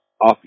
off